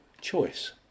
choice